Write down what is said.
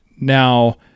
Now